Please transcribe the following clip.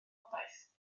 wybodaeth